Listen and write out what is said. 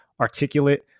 articulate